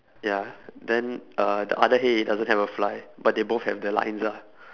ya then uh the other hay it doesn't have a fly but they both have the lines ah